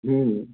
हूँ